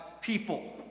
people